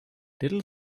little